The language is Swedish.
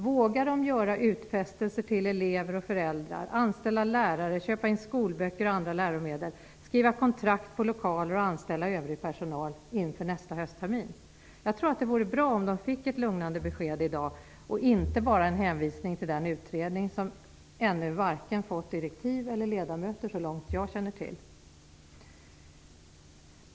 Vågar de göra utfästelser till elever och föräldrar, anställa lärare, köpa in skolböcker och andra läromedel, skriva kontrakt på lokaler och anställa övrig personal inför höstterminen? Jag tror att det vore bra om de fick ett lugnande besked i dag och inte bara en hänvisning till den utredning som ännu inte fått vare sig direktiv eller ledamöter, såvitt jag känner till.